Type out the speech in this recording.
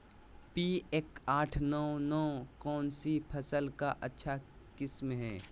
P एक आठ नौ नौ कौन सी फसल का अच्छा किस्म हैं?